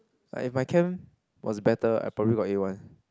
but if my chem was better I probably got A one